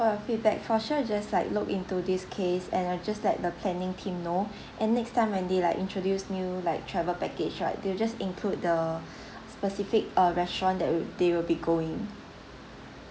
your feedback for sure just like look into this case and I just let the planning team know and next time when like they introduce new like travel package right they will just include the specific uh restaurant that we they will be going